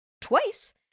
twice